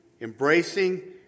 embracing